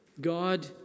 God